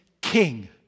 King